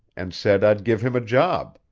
and said i'd give him a job.